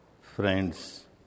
Friends